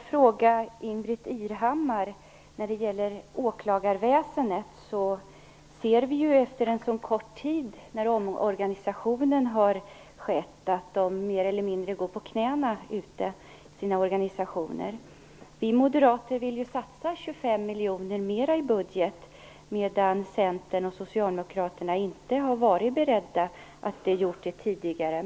Fru talman! När det gäller åklagarväsendet ser vi nu, kort tid efter det att omorganisationen har skett, att man ute i organisationerna mer eller mindre går på knäna. Vi moderater vill satsa 25 miljoner kronor mera i budgeten. Centern och Socialdemokraterna däremot har tidigare inte varit beredda att göra det.